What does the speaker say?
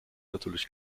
natürlich